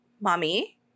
mommy